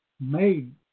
made